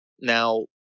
now